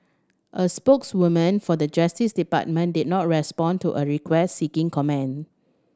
a spokeswoman for the Justice Department did not respond to a request seeking comment